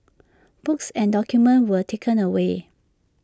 books and documents were taken away